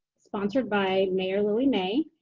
sponsored by mayor lily mei,